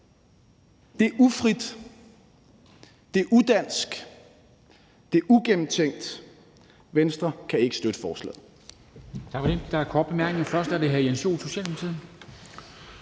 Det er ufrit, det er udansk, det er ugennemtænkt. Venstre kan ikke støtte forslaget.